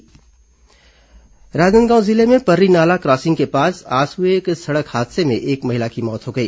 दुर्घटना राजनांदगांव जिले में पर्शीनाला क्रॉसिंग के पास आज हुए सड़क हादसे में एक महिला की मौत हो गई